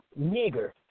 nigger